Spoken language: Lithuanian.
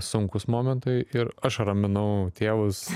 sunkūs momentai ir aš raminau tėvus